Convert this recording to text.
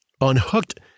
unhooked